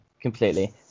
completely